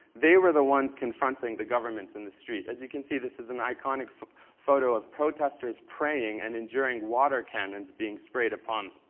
they were the ones confronting the governments in the street. as you can see, this is an iconic photo of protesters praying and enduring water cannons being sprayed upon